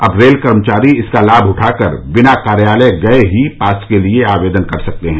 अब रेल कर्मचारी इसका लाभ उठाकर बिना कार्यालय गये ही पास के लिए आवेदन कर सकते हैं